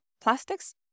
plastics